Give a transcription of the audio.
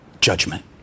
judgment